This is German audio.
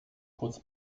kurz